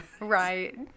Right